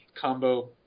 combo